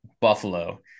Buffalo